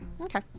Okay